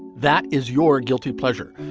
that is your guilty pleasure.